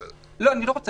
אני לא רוצה.